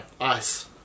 Ice